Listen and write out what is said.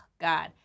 God